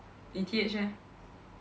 in T_H meh